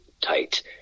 tight